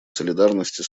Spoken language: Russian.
солидарности